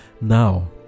now